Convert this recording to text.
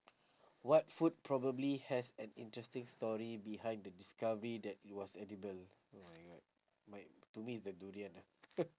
what food probably has an interesting story behind the discovery that it was edible oh my god might to me is the durian ah